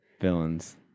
villains